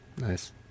Nice